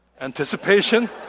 Anticipation